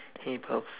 hey boss